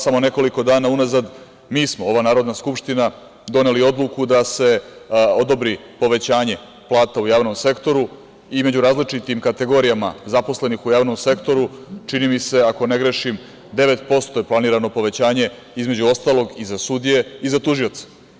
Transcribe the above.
Samo nekoliko dana unazad, mi smo, ova Narodna skupština, doneli odluku da se odobri povećanje plata u javnom sektoru i među različitim kategorijama zaposlenih u javnom sektoru, čini mi se, ako ne grešim, 9% je planirano povećanje, između ostalog i za sudije i za tužioce.